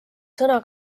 sõna